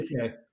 Okay